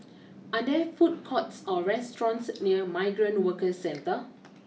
are there food courts or restaurants near Migrant Workers Centre